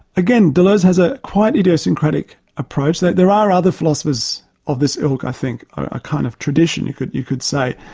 again, deleuze has a quite idiosyncratic approach. there there are other philosophers of this ilk i think, a kind of tradition you could you could say,